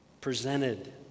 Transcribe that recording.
presented